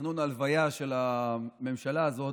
ההלוויה של הממשלה הזאת.